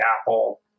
Apple